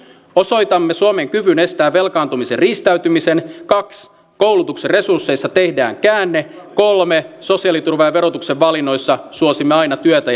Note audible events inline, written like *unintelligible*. osoitamme suomen kyvyn estää velkaantumisen riistäytyminen kaksi koulutuksen resursseissa tehdään käänne kolme sosiaaliturvan ja verotuksen valinnoissa suosimme aina työtä *unintelligible*